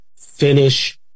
finish